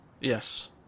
Yes